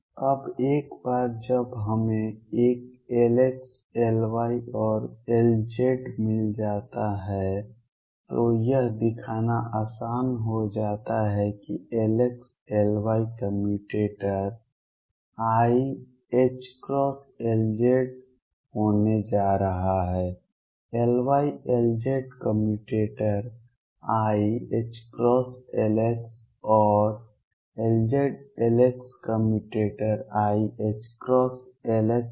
अब एक बार जब हमें एक Lx Ly और Lz मिल जाता है तो यह दिखाना आसान हो जाता है कि Lx Ly कम्यूटेटर iℏLz होने जा रहा है Ly Lz कम्यूटेटर iℏLx और Lz Lx कम्यूटेटर iℏLx होगा